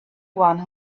one